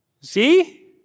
See